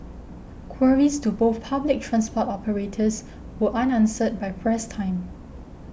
queries to both public transport operators were unanswered by press time